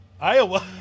Iowa